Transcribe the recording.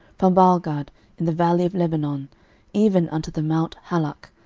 from baalgad in the valley of lebanon even unto the mount halak,